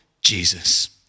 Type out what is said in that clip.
Jesus